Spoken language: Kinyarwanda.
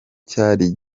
cyari